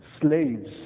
slaves